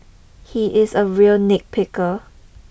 he is a real nitpicker